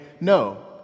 No